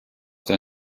der